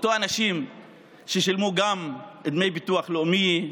אותם אנשים שילמו גם דמי ביטוח לאומי,